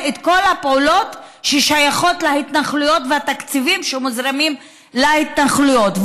את כל הפעולות ששייכות להתנחלויות והתקציבים שמוזרמים להתנחלויות.